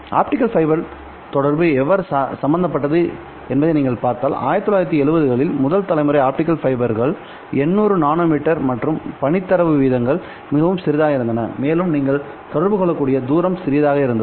optical fibre தொடர்பு எவ்வாறு சம்பந்தப்பட்டது என்பதை நீங்கள் பார்த்தால் 1970 களில் முதல் தலைமுறை ஆப்டிகல் ஃபைபர்கள் 800 நானோமீட்டர் மற்றும் பணிபுரிந்த தரவு விகிதங்கள் மிகவும் சிறியதாக இருந்தன மேலும் நீங்கள் தொடர்பு கொள்ளக்கூடிய தூரமும் சிறியதாக இருந்தது